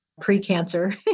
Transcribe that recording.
pre-cancer